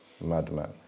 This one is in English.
Madman